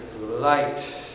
light